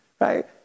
Right